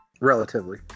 Relatively